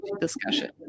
discussion